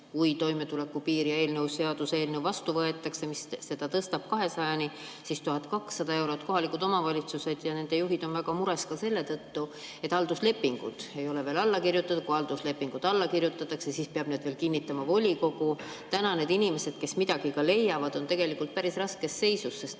Kui toimetulekupiir ja seaduseelnõu vastu võetakse, mis seda tõstab 200‑ni, siis 1200 eurot. Kohalikud omavalitsused ja nende juhid on väga mures ka selle tõttu, et halduslepingud ei ole veel alla kirjutatud. Kui halduslepingud alla kirjutatakse, siis peab need veel kinnitama volikogu. Täna need inimesed, kes midagi ka leiavad, on tegelikult päris raskes seisus,